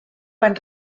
van